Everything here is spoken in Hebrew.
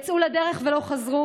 הם יצאו לדרך ולא חזרו,